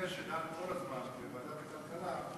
שדנו בו כל הזמן בוועדת הכלכלה,